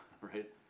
right